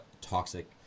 toxic